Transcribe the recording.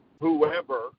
whoever